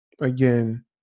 again